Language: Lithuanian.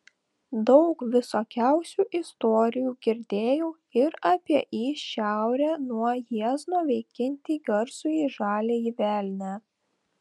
daug visokiausių istorijų girdėjau ir apie į šiaurę nuo jiezno veikiantį garsųjį žaliąjį velnią